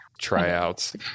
tryouts